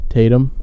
Tatum